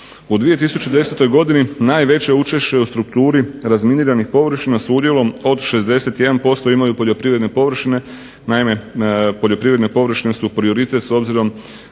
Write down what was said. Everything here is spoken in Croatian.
U 2010. godini najveće učešće u strukturi razminiranih površina s udjelom od 61% imaju poljoprivredne površine. Naime, poljoprivredne površine su prioritet s obzirom